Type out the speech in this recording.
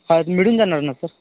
हा मिळून जाणार ना सर